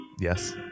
Yes